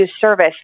service